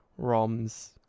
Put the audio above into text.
ROMs